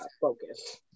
focus